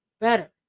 better